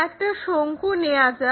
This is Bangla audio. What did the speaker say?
একটা শঙ্কু নেওয়া যাক